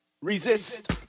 Resist